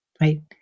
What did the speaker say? right